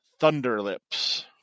Thunderlips